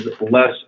less